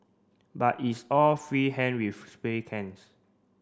but it's all free hand with spray cans